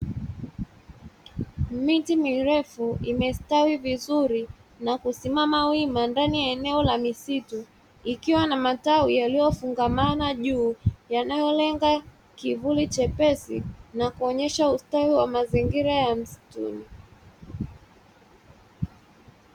Miti mirefu imestawi vizuri na kusimama wima ndani ya eneo la misitu, ikiwa na matawi yaliyofungamana juu yanayolenga kivuli chepesi na kuonyesha ustawi wa mazingira msitu.